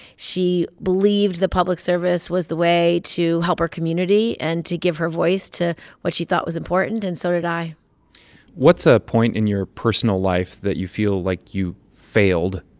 she believed the public service was the way to help her community and to give her voice to what she thought was important and so did i what's a point in your personal life that you feel like you failed,